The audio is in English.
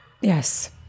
Yes